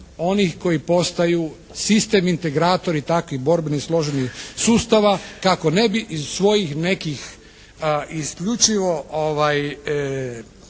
onih koji postaju sistem integratori takvih borbenih, složenih sustava kako ne bi iz svojih nekih isključivo